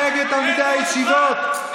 מימיי לא פגשתי שונא ישראל,